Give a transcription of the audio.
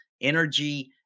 energy